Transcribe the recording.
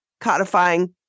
codifying